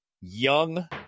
young